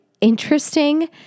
interesting